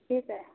ठीक आहे